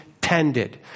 tended